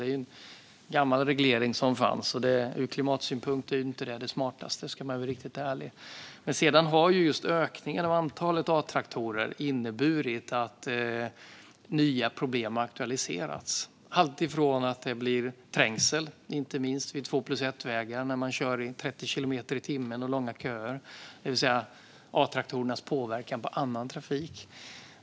Detta var en gammal reglering, och om vi ska vara riktigt ärliga var det inte det smartaste ur klimatsynpunkt. Ökningen av antalet A-traktorer har inneburit att nya problem har aktualiserats. Till exempel blir det trängsel, inte minst vid två-plus-ett-vägar, när man kör i 30 kilometer i timmen och när det är långa köer. Det handlar alltså om A-traktorernas påverkan på annan trafik.